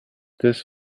this